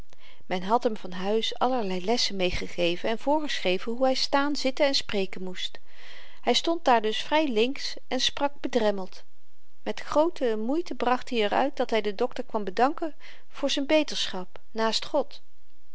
men had hem van huis allerlei lessen meegegeven en voorgeschreven hoe hy staan zitten en spreken moest hy stond daar dus vry links en sprak bedremmeld met groote moeite bracht i er uit dat hy den dokter kwam bedanken voor z'n beterschap naast god